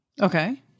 Okay